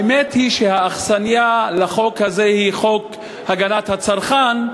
האמת היא שהאכסניה לחוק הזה היא חוק הגנת הצרכן,